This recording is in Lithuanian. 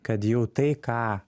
kad jau tai ką